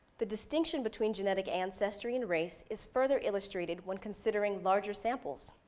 the distinction between genetic ancestry and race is further illustrated when considering larger samples.